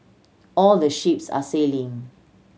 all the ships are sailing